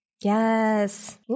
Yes